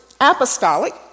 apostolic